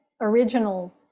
original